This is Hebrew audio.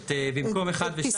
במקום 1 ו-2.